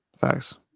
facts